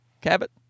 Cabot